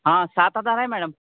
हां सात हजार आहे मॅडम